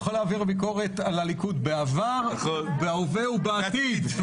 יכול להעביר ביקורת על הליכוד בעבר בהווה ובעתיד.